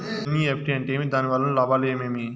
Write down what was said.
NEFT అంటే ఏమి? దాని వలన లాభాలు ఏమేమి